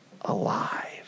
alive